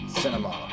cinema